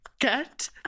get